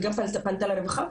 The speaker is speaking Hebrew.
והיא גם פנתה לרווחה,